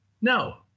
no